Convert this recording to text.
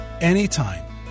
anytime